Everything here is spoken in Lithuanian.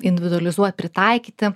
individualizuot pritaikyti